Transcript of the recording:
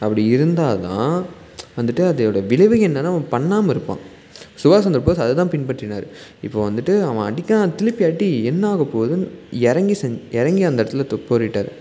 அப்படி இருந்தாதான் வந்துட்டு அதோட விளைவு என்னென்னு அவன் பண்ணாமல் இருப்பான் சுபாஷ் சந்திர போஸ் அதைதான் பின்பற்றினாரு இப்போ வந்துட்டு அவன் அடிக்கிறான் திருப்பி அடி என்ன ஆகப்போதுன்னு இறங்கி செஞ் இறங்கி அந்த இடத்துல தொ போரிட்டாரு